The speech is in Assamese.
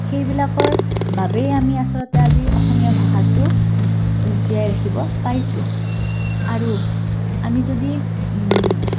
সেইবিলাকৰ বাবেই আমি আচলতে আজি অসমীয়া ভাষাটো জীয়াই ৰাখিব পাৰিছোঁ আৰু আমি যদি